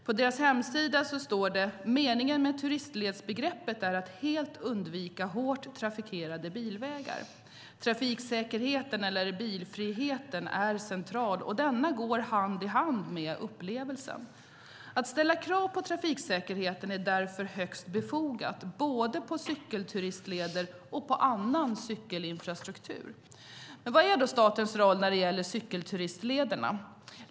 På deras hemsida står det: "Meningen med turistledsbegreppet är att helt undvika hårt trafikerade bilvägar ... Trafiksäkerheten är central och denna går hand i hand med upplevelsen." Att ställa krav på trafiksäkerheten är därför högst befogat både på cykelturistleder och på annan cykelinfrastruktur. Vad är då statens roll när det gäller cykelturistlederna?